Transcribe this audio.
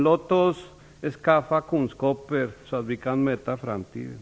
Låt oss skaffa oss kunskaper så att vi kan möta framtiden.